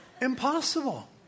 Impossible